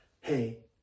Hey